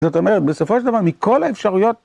זאת אומרת, בסופו של דבר, מכל האפשרויות...